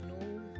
no